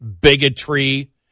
bigotry